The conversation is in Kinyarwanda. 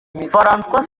françois